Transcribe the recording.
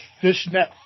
fishnet